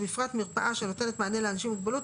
ובפרט מרפאה שנותנת מענה לאנשים עם מוגבלות,